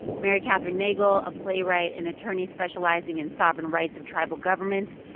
mary kathryn nagle, a playwright and attorney specializing in sovereign rights of tribal governments,